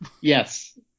Yes